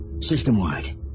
system-wide